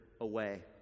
away